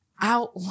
Out